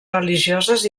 religioses